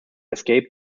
escape